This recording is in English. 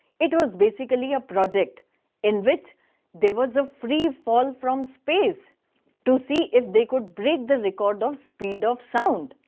it was basically ah aproject in which there was a free fall from space to see if they could break the record of speed of sound.